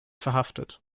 verhaftet